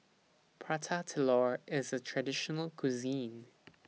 Prata Telur IS A Traditional Cuisine